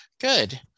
Good